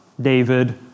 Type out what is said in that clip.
David